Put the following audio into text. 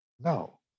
No